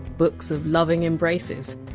books of loving embraces.